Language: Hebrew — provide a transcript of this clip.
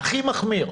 הכי מחמיר,